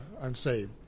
unsaved